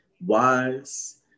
wise